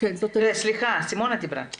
כפי